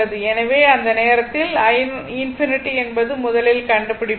எனவே அந்த நேரத்தில் i∞ என்னவென்று முதலில் கண்டுபிடிப்போம்